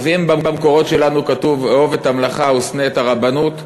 אז אם במקורות שלנו כתוב "אהוב את המלאכה ושנא את הרבנות",